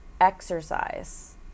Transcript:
exercise